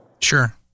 Sure